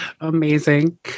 Amazing